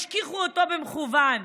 השכיחו אותו במכוון,